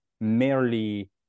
merely